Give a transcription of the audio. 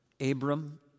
Abram